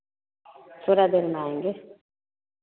थोड़ा देर में आएँगे